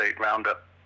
roundup